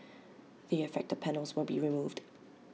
the affected panels will be removed